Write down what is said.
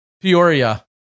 Peoria